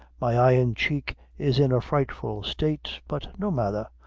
my eye and cheek is in a frightful state but no matther,